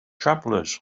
travelers